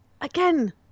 again